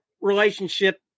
relationship